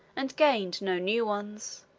and gained no new ones.